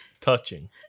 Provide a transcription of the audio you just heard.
Touching